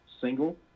single